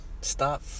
stop